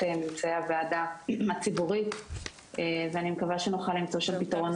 ממצאי הוועדה הציבורית ואני מקווה שנוכל למצוא שם פתרון.